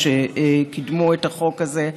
שקידמו את החוק הזה.